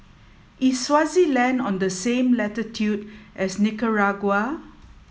is Swaziland on the same latitude as Nicaragua